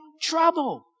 trouble